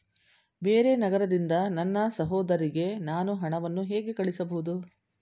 ಬೇರೆ ನಗರದಿಂದ ನನ್ನ ಸಹೋದರಿಗೆ ನಾನು ಹಣವನ್ನು ಹೇಗೆ ಕಳುಹಿಸಬಹುದು?